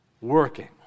working